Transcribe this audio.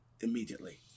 immediately